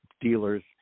dealers